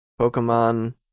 Pokemon